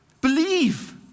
believe